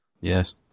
Yes